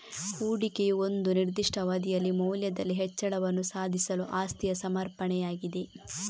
ಹೂಡಿಕೆಯು ಒಂದು ನಿರ್ದಿಷ್ಟ ಅವಧಿಯಲ್ಲಿ ಮೌಲ್ಯದಲ್ಲಿ ಹೆಚ್ಚಳವನ್ನು ಸಾಧಿಸಲು ಆಸ್ತಿಯ ಸಮರ್ಪಣೆಯಾಗಿದೆ